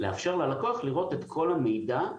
לאפשר ללקוח לראות את כל המידע,